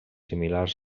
similars